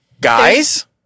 Guys